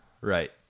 Right